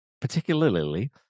particularly